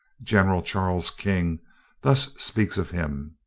general charles king thus speaks of him